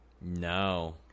No